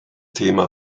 thema